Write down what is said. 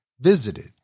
visited